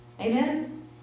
Amen